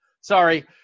Sorry